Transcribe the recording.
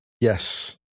Yes